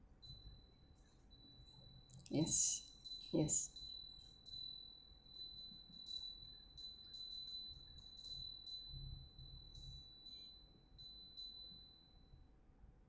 yes yes